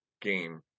game